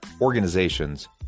organizations